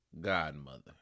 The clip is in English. godmother